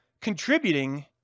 contributing